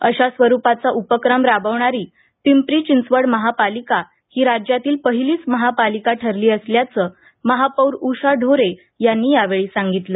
अशा स्वरूपाचा उपक्रम राबवणारी पिंपरी चिंचवड महापालिका ही राज्यातील पहिलीच महापालिका ठरली असल्याचं महापौर उषा ढोरे यांनी यावेळी सांगितलं